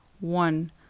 one